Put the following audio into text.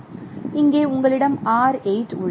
இங்கே உங்களிடம் R8 உள்ளது